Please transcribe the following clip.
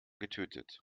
getötet